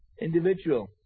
individual